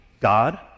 God